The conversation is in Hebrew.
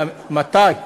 אל תדאג,